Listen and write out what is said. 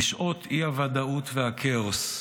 בשעות האי-ודאות והכאוס,